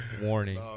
Warning